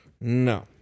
No